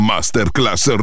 Masterclass